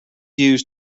used